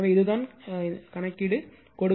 எனவே இதுதான் கணக்கீடு கொடுக்கப்பட்டுள்ளது